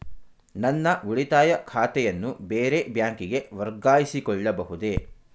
ನನ್ನ ಉಳಿತಾಯ ಖಾತೆಯನ್ನು ಬೇರೆ ಬ್ಯಾಂಕಿಗೆ ವರ್ಗಾಯಿಸಿಕೊಳ್ಳಬಹುದೇ?